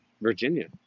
virginia